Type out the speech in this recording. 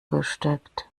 gesteckt